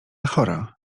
chora